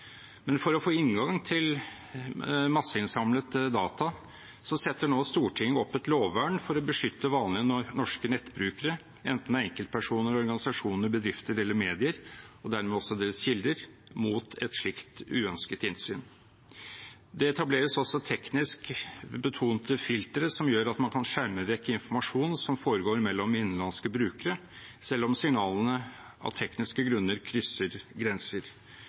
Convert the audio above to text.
For å få inngang til masseinnsamlede data setter nå Stortinget opp et lovvern for å beskytte vanlige norske nettbrukere, enten det er enkeltpersoner, organisasjoner, bedrifter eller medier og dermed også deres kilder, mot et slikt uønsket innsyn. Det etableres også teknisk betonte filtre som gjør at man kan skjerme vekk informasjon som foregår mellom innenlandske brukere, selv om signalene av tekniske grunner krysser grenser.